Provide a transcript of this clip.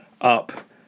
up